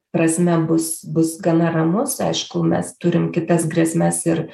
prasme bus bus gana ramus aišku mes turim kitas grėsmes ir